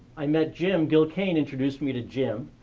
i met jim. gil kane introduced me to jim.